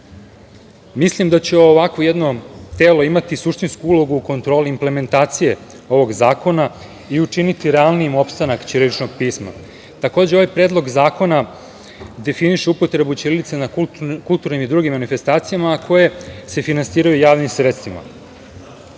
Mislim da će ovakvo jedno telo imati suštinsku ulogu u kontroli implementacije ovog zakona i učiniti realnijim opstanak ćiriličnog pisma. Ovaj Predlog zakona definiše upotrebu ćirilice na kulturnim i drugim manifestacijama koje se finansiraju javnim sredstvima.